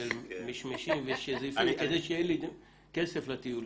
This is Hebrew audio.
של משמשים ושזיפים כדי שיהיה לי כסף לטיולים.